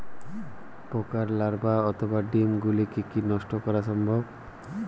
পোকার লার্ভা অথবা ডিম গুলিকে কী নষ্ট করা সম্ভব?